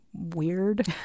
weird